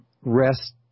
rest